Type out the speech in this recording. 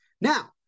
Now